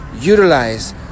utilize